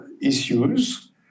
issues